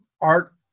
art